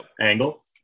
angle